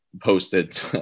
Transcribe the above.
posted